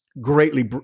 greatly